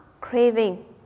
craving